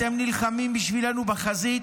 אתם נלחמים בשבילנו בחזית,